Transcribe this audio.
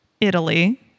Italy